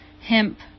hemp